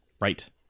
Right